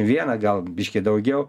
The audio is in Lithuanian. vieną gal biškį daugiau